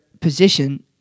position